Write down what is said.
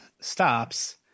stops